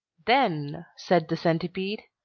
then, said the centipede,